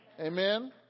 amen